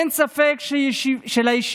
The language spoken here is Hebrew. אין ספק שהשאיפה